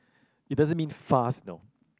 it doesn't mean fast no